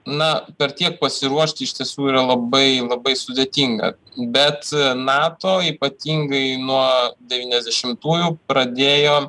na per tiek pasiruošti iš tiesų yra labai labai sudėtinga bet nato ypatingai nuo devyniasdešimtųjų pradėjo